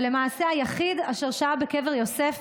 ולמעשה היחיד אשר שהה בקבר יוסף,